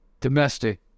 domestic